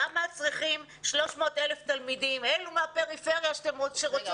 למה צריכים למנוע מ-300,000 תלמידים מן הפריפריה שרוצים